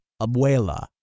Abuela